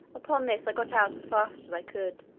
upon this i got out as fast as i could,